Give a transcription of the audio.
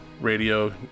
Radio